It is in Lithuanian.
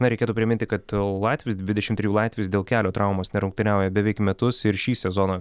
na reikėtų priminti kad latvis dvidešimt trijų latvis dėl kelio traumos nerungtyniauja beveik metus ir šį sezoną